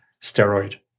steroid